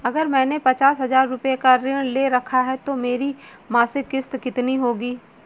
अगर मैंने पचास हज़ार रूपये का ऋण ले रखा है तो मेरी मासिक किश्त कितनी होगी?